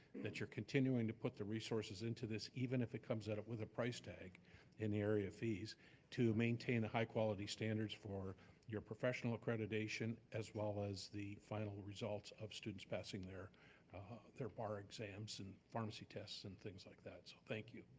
that you're continuing to put the resources into this even if it comes at it with a price tag in the area fees to maintain a high quality standards for your professional accreditation as well as the final results of students passing their their bar exams and pharmacy tests and things like that. so thank you.